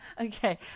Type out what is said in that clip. Okay